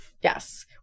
Yes